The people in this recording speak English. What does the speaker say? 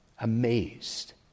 amazed—